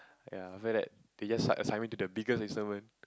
ya after that they just start assign me to the biggest instrument